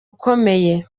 ukomeye